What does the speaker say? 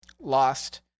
lost